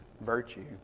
virtue